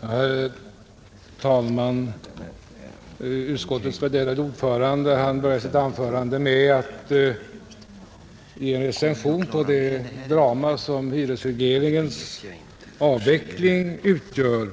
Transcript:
Herr talman! Utskottets värderade ordförande började sitt anförande med att ge en recension av det drama som hyresregleringens avveckling utgör.